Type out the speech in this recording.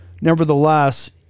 nevertheless